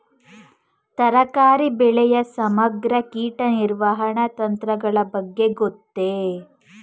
ತರಕಾರಿ ಬೆಳೆಯ ಸಮಗ್ರ ಕೀಟ ನಿರ್ವಹಣಾ ತಂತ್ರಗಳ ಬಗ್ಗೆ ಗೊತ್ತೇ?